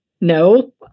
No